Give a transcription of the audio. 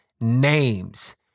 names